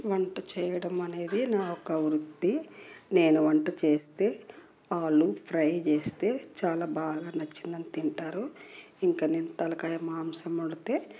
వంట చేయడం అనేది నా ఒక వృత్తి నేను వంట చేస్తే ఆలు ఫ్రై చేస్తే చాలా బాగా నచ్చిందని తింటారు ఇంక నేను తలకాయ మాంసం వండితే